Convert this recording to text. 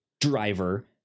driver